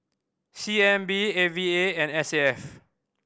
C N B A V A and S A F